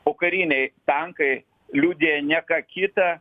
pokariniai tankai liudija ne ką kitą